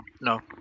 No